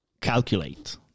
calculate